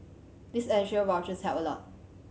these additional vouchers help a lot